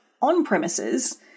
on-premises